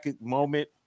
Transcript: moment